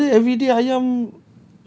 ya lah then everyday ayam